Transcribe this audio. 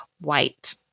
white